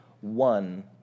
one